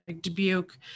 Dubuque